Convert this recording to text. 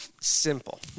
simple